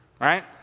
Right